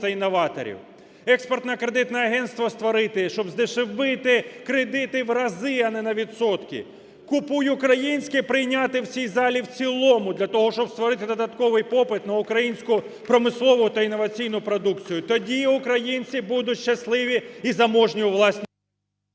інноваторів; експортне кредитне агентство створити, щоб здешевити кредити в рази, а не на відсотки; "купуй українське" прийняти в цій залі в цілому для того, щоб створити додатковий попит на українську промислову та інноваційну продукцію. Тоді українці будуть щасливі і заможні у власній...